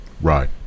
Right